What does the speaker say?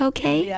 Okay